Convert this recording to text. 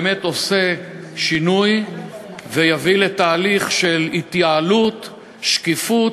באמת עושה שינוי ויביא לתהליך של התייעלות ושקיפות,